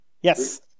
Yes